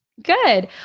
Good